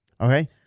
Okay